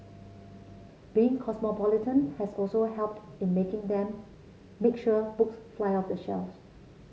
being cosmopolitan has also helped in making them make sure books fly off the shelves